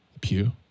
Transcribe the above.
pew